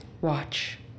Watch